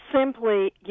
simply